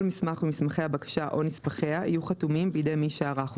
כל מסמך ממסמכי הבקשה או נספחיה יהיו חתומים בידי מי שערך אותם.